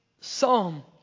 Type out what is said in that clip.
psalm